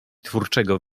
twórczego